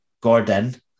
Gordon